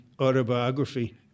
autobiography